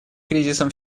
кризисом